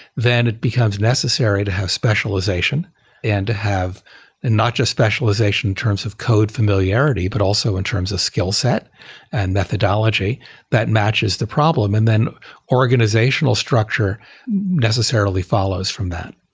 then it becomes necessary to have specialization and to have and not just specialization in terms of code familiarity but also in terms of skillset and methodology that matches the problem. and then organizational structure necessarily follows from that.